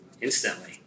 Instantly